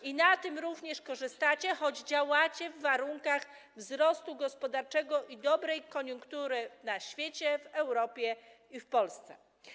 I na tym również korzystacie, choć działacie w warunkach wzrostu gospodarczego i dobrej koniunktury na świecie, w Europie i w Polsce.